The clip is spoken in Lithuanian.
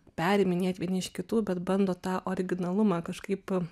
periminėt vieni iš kitų bet bando tą originalumą kažkaip